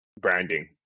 branding